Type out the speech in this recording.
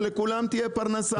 שלכולם תהיה פרנסה.